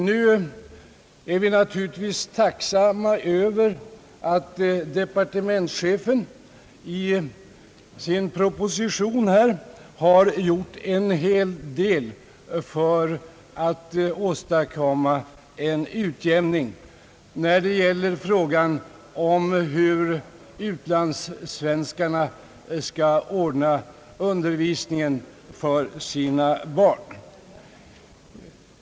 Nu är vi naturligtvis tacksamma över att departementschefen i sin proposition har gjort en hel del för att åstadkomma en utjämning i frågan om hur utlandssvenskarna skall ordna undervisningen för sina barn.